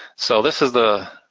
so this is the,